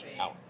out